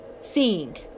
seeing